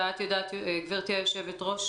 ואת יודעת, גברתי היושבת-ראש